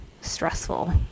stressful